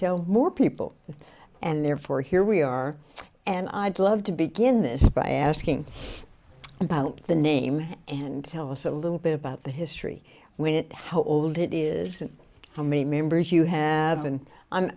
tell more people and therefore here we are and i'd love to begin this by asking about the name and tell us a little bit about the history with it how old it is and how many members you have and